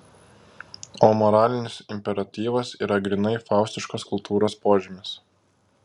o moralinis imperatyvas yra grynai faustiškos kultūros požymis